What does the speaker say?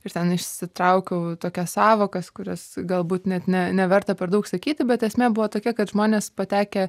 ir ten išsitraukiau tokias sąvokas kurias galbūt net ne neverta per daug sakyti bet esmė buvo tokia kad žmonės patekę